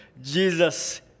Jesus